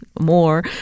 more